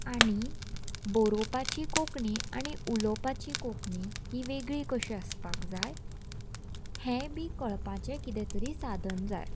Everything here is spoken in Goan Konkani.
आनी बरोवपाची कोंकणी आनी उलोवपाची कोंकणी ही वेगळी कशी आसपाक जाय हें बी कळपाचें कितें तरी साधन जाय